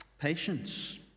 patience